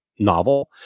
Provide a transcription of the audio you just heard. novel